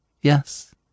Yes